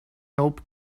help